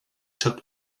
took